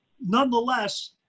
Nonetheless